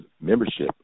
membership